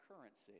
currency